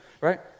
Right